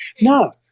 No